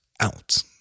out